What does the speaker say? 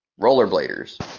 rollerbladers